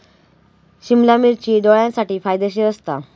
सिमला मिर्ची डोळ्यांसाठी फायदेशीर असता